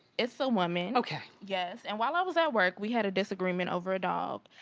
it's a woman. okay. yes, and while i was at work, we had a disagreement over a dog,